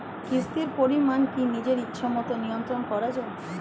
কিস্তির পরিমাণ কি নিজের ইচ্ছামত নিয়ন্ত্রণ করা যায়?